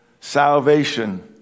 salvation